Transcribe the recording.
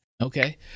Okay